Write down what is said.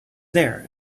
there